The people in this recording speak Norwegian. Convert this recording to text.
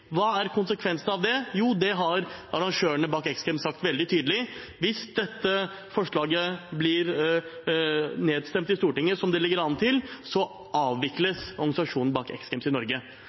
Hva er konsekvensen av det? Jo, det har arrangørene bak X Games sagt veldig tydelig. Hvis dette forslaget blir nedstemt i Stortinget, som det ligger an til, avvikles organisasjonen bak X Games i Norge.